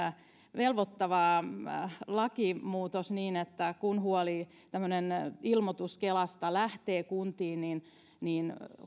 velvoittava lakimuutos niin että kun huoli ja tämmöinen ilmoitus kelasta lähtee kuntiin niin niin